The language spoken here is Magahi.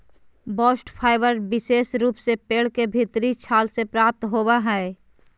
बास्ट फाइबर विशेष रूप से पेड़ के भीतरी छाल से प्राप्त होवो हय